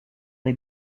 les